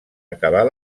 acabar